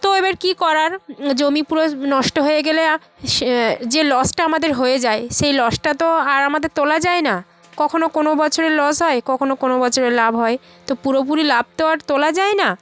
তো এবার কী করার জমি পুরো নষ্ট হয়ে গেলে সে যে লসটা আমাদের হয়ে যায় সেই লসটা তো আর আমাদের তোলা যায় না কখনও কোনও বছরে লস হয় কখনও কোনও বছরে লাভ হয় তো পুরোপুরি লাভ তো আর তোলা যায় না